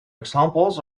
examples